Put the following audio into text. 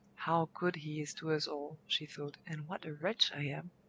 how good he is to us all! she thought, and what a wretch i am!